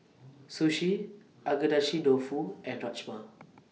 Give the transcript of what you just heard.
Sushi Agedashi Dofu and Rajma